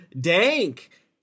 Dank